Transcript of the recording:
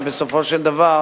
שבסופו של דבר